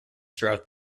throughout